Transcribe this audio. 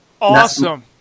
Awesome